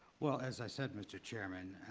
well, as i said, mr. chairman,